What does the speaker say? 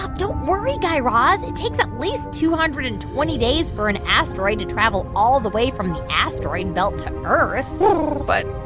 um don't worry, guy raz. it takes at ah least two hundred and twenty days for an asteroid to travel all the way from the asteroid belt to earth but,